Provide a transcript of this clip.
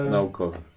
Naukowe